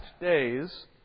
days